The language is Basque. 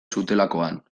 zutelakoan